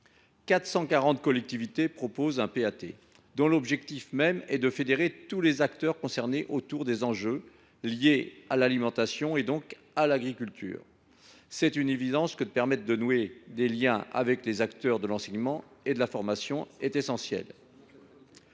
440 collectivités proposent un PAT, dont l’objectif est de fédérer tous les acteurs concernés autour des enjeux liés à l’alimentation et donc à l’agriculture. Leur permettre de nouer des liens avec les acteurs de l’enseignement et de la formation est évidemment